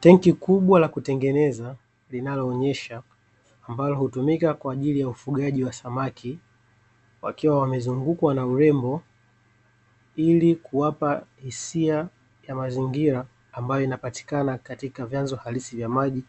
Tenki kubwa la kutengeneza linaloonyesha, ambalo hutumika kwa ajili ya ufugaji wa samaki, wakiwa wamezungukwa na urembo ili kuwapa hisia ya mazingira ambayo inapatikana katika vyanzo halisi vya maji